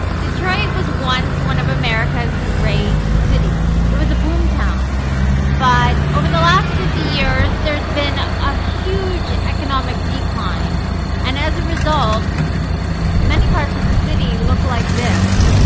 detroit was once one of america's great city. it was a boomtown but over the last fifty years there's been a huge economic decline and as a result many parts of the city look like this